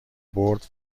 برد